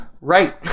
right